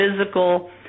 physical